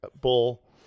bull